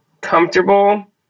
comfortable